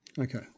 okay